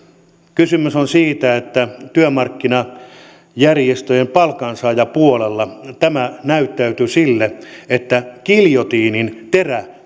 kysymys on siitä että työmarkkinajärjestöjen palkansaajapuolella tämä näyttäytyi niin että giljotiinin terä